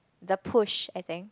the push I think